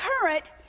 current